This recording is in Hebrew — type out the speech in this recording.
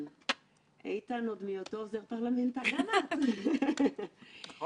שנה מוצלחת ואני בטוחה, אני מקווה שאנחנו ניפגש.